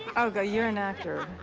oh god, you're an actor.